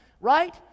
right